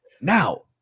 Now